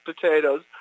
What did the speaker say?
potatoes